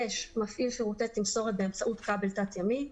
מפעיל שירותי תמסורת באמצעות כבל תת-ימי,